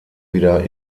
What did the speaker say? wieder